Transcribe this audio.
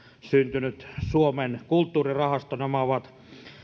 syntynyt suomen kulttuurirahasto nämä ovat